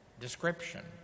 description